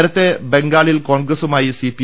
നേരത്തെ ബംഗാളിൽ കോൺഗ്രസുമായി സിപി